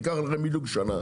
ייקח לכם בדיוק שנה.